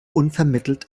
unvermittelt